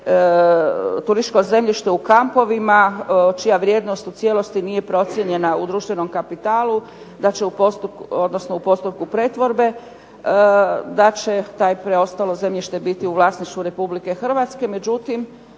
turističko zemljište u kampovima, čija vrijednost u cijelosti nije procijenjena u društvenom kapitalu, da će u postupku, odnosno u postupku pretvorbe, da će taj preostalo zemljište biti u vlasništvu Republike Hrvatske, međutim